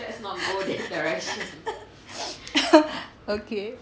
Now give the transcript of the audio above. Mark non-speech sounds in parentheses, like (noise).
(laughs) okay